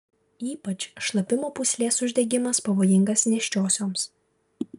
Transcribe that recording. ypač šlapimo pūslės uždegimas pavojingas nėščiosioms